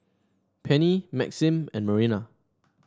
Penni Maxim and Marina